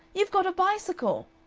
you've got a bicycle!